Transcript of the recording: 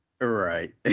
Right